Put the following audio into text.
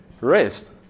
rest